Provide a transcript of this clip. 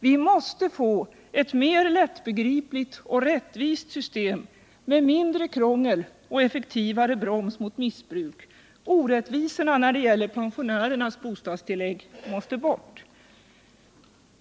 Vi måste få ett mer lättbegripligt och rättvist system, med mindre krångel och effektivare broms mot missbruk. Orättvisorna när det gäller pensionärernas bostadstillägg måste bort.